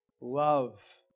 Love